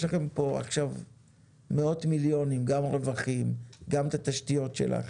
יש לכם גם רווחים וגם את התשתיות שלך.